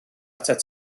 atat